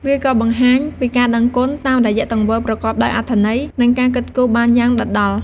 វាក៏បង្ហាញពីការដឹងគុណតាមរយៈទង្វើប្រកបដោយអត្ថន័យ និងការគិតគូរបានយ៉ាងដិតដល់។